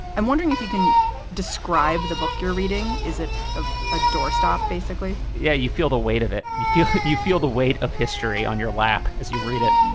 i'm wondering if you can describe the book you're reading is it ah a doorstop, basically? yeah. you feel the weight of it. you feel you feel the weight of history on your lap as you read it